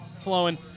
flowing